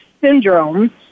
syndrome